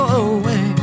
away